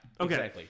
okay